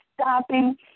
stopping